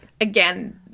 Again